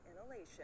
inhalation